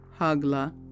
Hagla